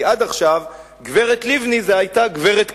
כי עד עכשיו גברת לבני היתה גברת קדימה,